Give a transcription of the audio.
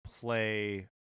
play